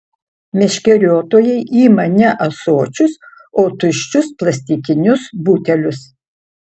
meškeriotojai ima ne ąsočius o tuščius plastikinius butelius